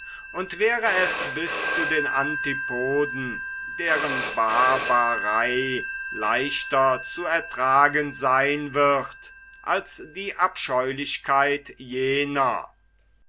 und wäre es bis zu den antipoden deren barbarei leichter zu ertragen seyn wird als die abscheulichkeit jener